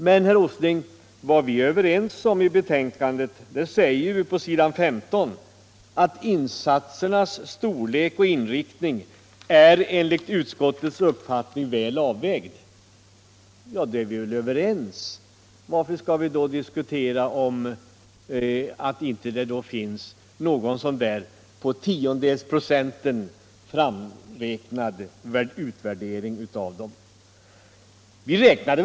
Men, herr Åsling, vi säger på s. 15 i betänkandet: ”Insatsernas storlek och inriktning är enligt utskottets uppfattning väl avvägd.” Det är vi överens om. Varför skall vi då diskutera att det inte fanns någon på tiondels procenten när framräknad utvärdering av åtgärdernas effekt?